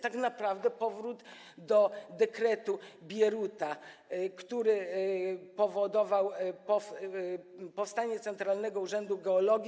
Tak naprawdę powrót do dekretu Bieruta, który spowodował powstanie Centralnego Urzędu Geologii.